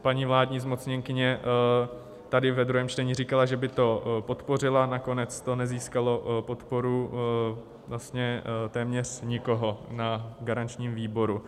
Paní vládní zmocněnkyně tady ve druhém čtení říkala, že by to podpořila, nakonec to nezískalo podporu vlastně téměř nikoho na garančním výboru.